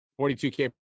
42k